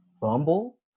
Bumble